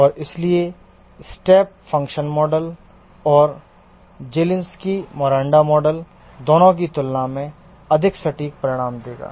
और इसलिए step function model और जेलिंस्की मोरंडा मॉडल दोनों की तुलना में अधिक सटीक परिणाम देगा